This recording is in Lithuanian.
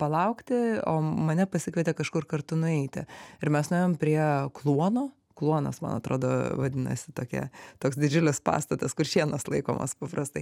palaukti o mane pasikvietė kažkur kartu nueiti ir mes nuėjom prie kluono kluonas man atrodo vadinasi tokia toks didžiulis pastatas kur šienas laikomas paprastai